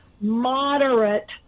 moderate